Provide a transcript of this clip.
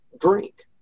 drink